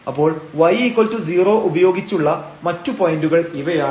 അപ്പോൾ y0 ഉപയോഗിച്ചുള്ള മറ്റു പോയന്റുകൾ ഇവയാണ്